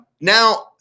now